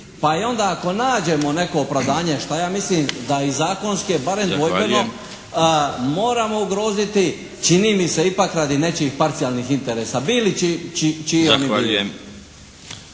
pa i onda ako nađemo neko opravdanje šta ja mislim da je zakonski barem dvojbeno, moramo ugroziti čini mi se ipak radi nečijih parcijalnih interesa bili čiji oni bili.